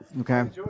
Okay